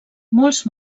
molts